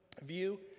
view